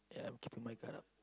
yeah I'm keeping my guard up